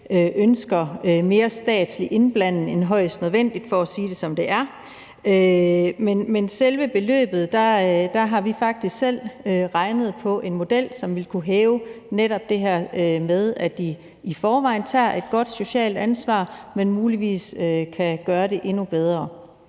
ønsker mere statslig indblanding end højst nødvendigt, for at sige det, som det er. I forhold til selve beløbet har vi faktisk selv regnet på en model, som vil kunne løfte netop det her med, at de i forvejen tager et godt socialt ansvar, men muligvis kan gøre det endnu bedre.